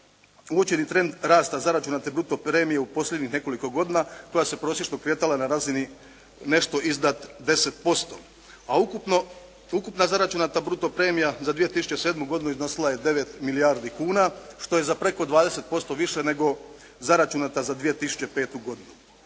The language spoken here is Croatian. uočeni trend rasta zaračunate bruto premije u posljednjih nekoliko godina koja se prosječno kretala na razini nešto iznad 10%, a ukupna zaračunata bruto premija za 2007. godinu iznosila je 9 milijardi kuna, što je za preko 20% više nego zaračunata za 2005. godinu.